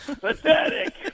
pathetic